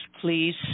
please